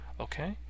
Okay